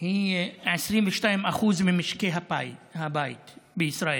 היא ל-22% ממשקי הבית בישראל,